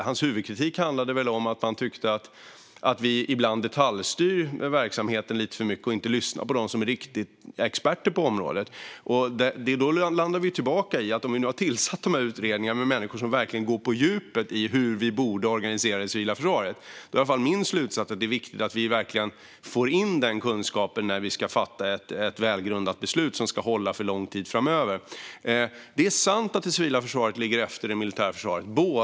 Hans huvudkritik handlade om att han tyckte att vi ibland detaljstyr verksamheten lite för mycket och inte lyssnar på dem som är experter på området. Om vi nu har tillsatt utredningar med människor som verkligen går på djupet i fråga om hur vi borde organisera det civila försvaret är i alla fall min slutsats att det är viktigt att vi verkligen får in denna kunskap när vi ska fatta ett välgrundat beslut som ska hålla under lång tid framöver. Det är sant att det civila försvaret ligger efter det militära försvaret.